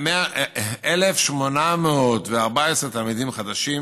1,814 תלמידים חדשים